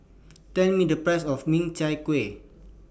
Tell Me The Price of Min Chiang Kueh